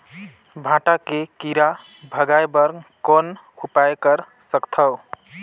भांटा के कीरा भगाय बर कौन उपाय कर सकथव?